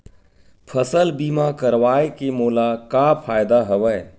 फसल बीमा करवाय के मोला का फ़ायदा हवय?